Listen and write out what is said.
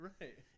right